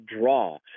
draw